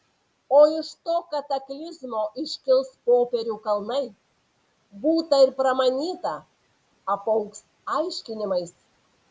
o iš to kataklizmo iškils popierių kalnai būta ir pramanyta apaugs aiškinimais